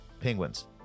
penguins